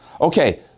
Okay